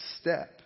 step